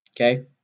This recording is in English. okay